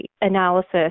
analysis